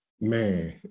Man